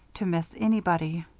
to miss anybody